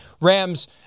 rams